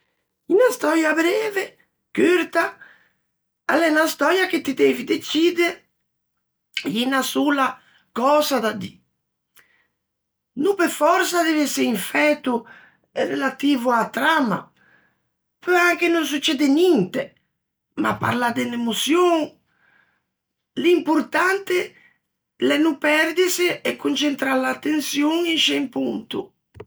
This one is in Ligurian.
Unna stöia breve, curta, a l'é unna stöia che ti devi decidde unna sola cösa da dî. No pe fòrse dev'ëse un fæto relativo a-a tramma. Peu anche no succede ninte, ma parlâ de unn'emoçion. L'importante l'é no perdise,e concentrâ l'attençion in sce un ponto.